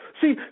See